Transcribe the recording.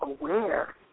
aware